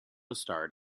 starred